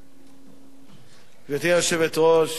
גברתי היושבת-ראש, חברי חברי הכנסת,